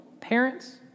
parents